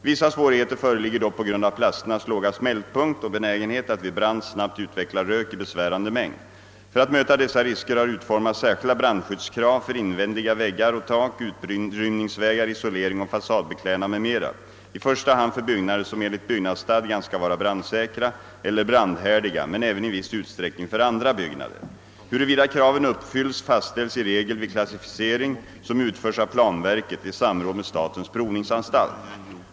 Vissa svårigheter föreligger dock på grund av plasternas låga smältpunkt och benägenhet att vid brand snabbt utveckla rök i besvärande mängd. För att möta dessa risker har utformats särskilda brandskyddskrav för invändiga väggar och tak, utrymningsvägar, isolering och fasadbeklädnad m.m. i första hand för byggnader som enligt byggnadsstadgan skall vara brandsäkra eller brandhärdiga men även i viss utsträckning för andra byggnader. Huruvida kraven uppfylls fastställs i regel vid klassificering som utförs av planverket i samråd med statens provningsanstalt.